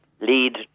lead